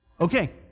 Okay